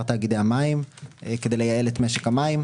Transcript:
תאגידי המים כדי לייעל את משק המים.